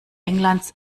englands